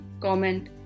comment